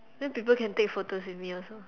then people can take photos with me also